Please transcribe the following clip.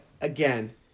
again